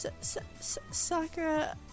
Sakura